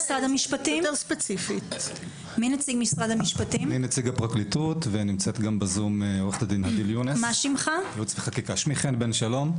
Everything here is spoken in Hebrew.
אני נציג הפרקליטות, שמי חן בן שלום.